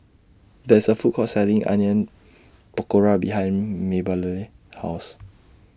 There IS A Food Court Selling Onion Pakora behind Mabelle's House